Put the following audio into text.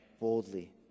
boldly